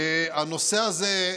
הנושא הזה,